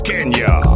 Kenya